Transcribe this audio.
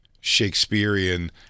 shakespearean